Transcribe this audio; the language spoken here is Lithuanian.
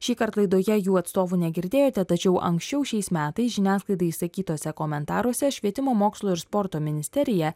šįkart laidoje jų atstovų negirdėjote tačiau anksčiau šiais metais žiniasklaidai išsakytose komentaruose švietimo mokslo ir sporto ministerija